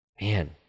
Man